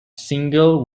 single